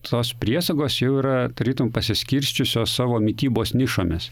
tos priesagos jau yra tarytum pasiskirsčiusios savo mitybos nišomis